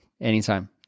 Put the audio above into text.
anytime